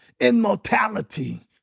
Immortality